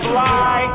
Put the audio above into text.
Fly